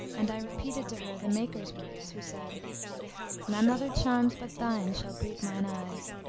and i repeated to her the maker's words who said none other charms but thine shall greet mine eyes,